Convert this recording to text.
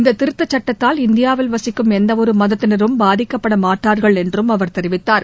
இந்த திருத்தச் சட்டத்தால் இந்தியாவில் வசிக்கும் எந்தவொரு மதத்தினரும் பாதிக்கப்பட மாட்டார்கள் என்றும் அவர் தெரிவித்தார்